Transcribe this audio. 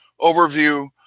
overview